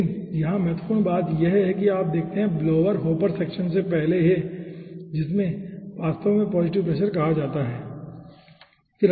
लेकिन यहां महत्वपूर्ण बात यह है कि आप देखते हैं कि ब्लोअर हॉपर सेक्शन से पहले है जिससे इसे वास्तव में पॉज़िटिव प्रेशर कहा जाता है ठीक है